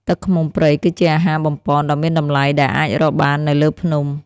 ទឹកឃ្មុំព្រៃគឺជាអាហារបំប៉នដ៏មានតម្លៃដែលអាចរកបាននៅលើភ្នំ។